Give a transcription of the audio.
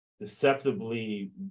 deceptively